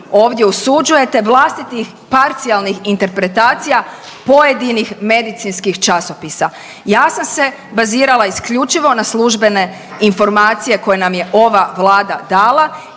ovdje usuđujete vlastitih parcijalnih interpretacija pojedinih medicinskih časopisa. Ja sam se bazirala isključivo na službene informacije koje nam je ova Vlada dala